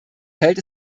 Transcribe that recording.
feld